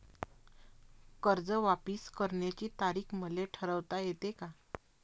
कर्ज वापिस करण्याची तारीख मले ठरवता येते का?